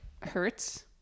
hurts